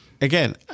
again